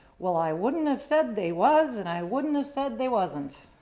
well i wouldn't have said they was, and i wouldn't have said they wasn't.